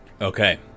Okay